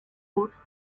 autres